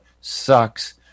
sucks